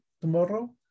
tomorrow